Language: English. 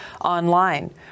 online